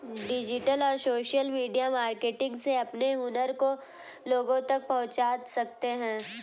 digital और social media marketing से अपने हुनर को लोगो तक पहुंचा सकते है